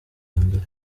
mbere